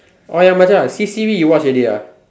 oh ya Macha C_C_V you watch already ah